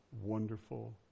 wonderful